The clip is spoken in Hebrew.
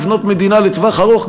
לבנות מדינה לטווח ארוך,